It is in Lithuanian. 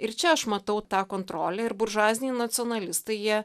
ir čia aš matau tą kontrolę ir buržuaziniai nacionalistai jie